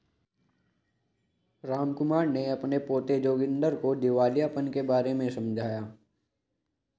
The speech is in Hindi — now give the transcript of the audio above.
रामकुमार ने अपने पोते जोगिंदर को दिवालियापन के बारे में समझाया